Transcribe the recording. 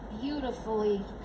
beautifully